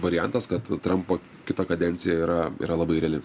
variantas kad trampo kita kadencija yra yra labai reali